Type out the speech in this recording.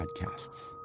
podcasts